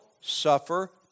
suffer